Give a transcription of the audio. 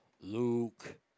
Luke